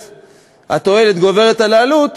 התועלת גוברת על העלות,